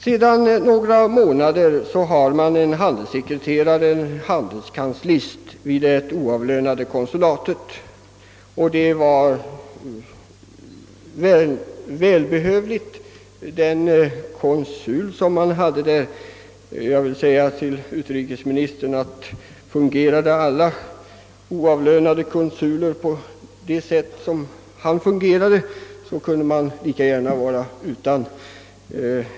Sedan några månader har det anställts en handelskanslist vid konsulatet i Lusaka och det var välbehövligt. Tidigare fanns det bara en oavlönad konsul, och jag vill säga till utrikesministern att fungerade alla oavlönade konsuler på samma sätt som denne, så kunde man lika gärna vara utan dem.